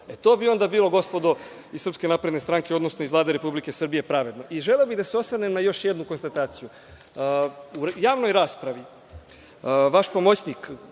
To bi onda bilo, gospodo iz Srpske napredne stranke, odnosno iz Vlade Republike Srbije, pravedno. Želeo bih da se osvrnem na još jednu konstataciju. U javnoj raspravi vaš pomoćnik,